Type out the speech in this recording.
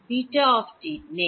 β নেই